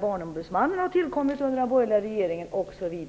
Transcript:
Barnombudsmannen har tillkommit under den borgerliga regeringen, osv.